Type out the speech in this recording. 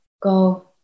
go